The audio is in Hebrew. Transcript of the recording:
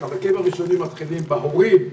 החלקים הראשונים מתחילים בהורים,